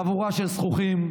חבורה של זחוחים,